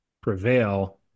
prevail